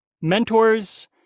Mentors